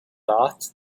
thought